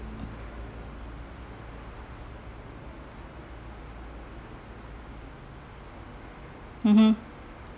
(uh huh)